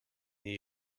new